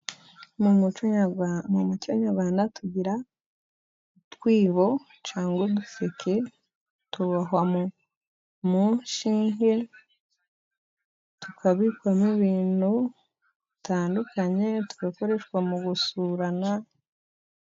Mu muco nyarwanda, mu muco nyarwanda tugira utwibo cyangwa uduseke, tubohwa mu ishinge, tukabikwamo ibintu bitandukanye, tugakoreshwa mu gusurana.